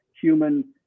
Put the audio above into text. human